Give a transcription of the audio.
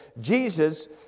Jesus